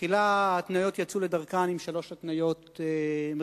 תחילה ההתניות יצאו לדרכן עם שלוש התניות מרכזיות.